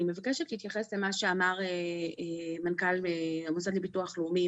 אני מבקשת להתייחס למה שאמר מנכ"ל המוסד לביטוח לאומי.